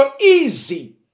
easy